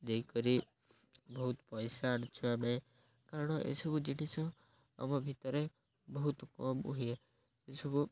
ଦେଇକରି ବହୁତ ପଇସା ଆଣିଛୁ ଆମେ କାରଣ ଏସବୁ ଜିନିଷ ଆମ ଭିତରେ ବହୁତ କମ୍ ହୁଏ ଏସବୁ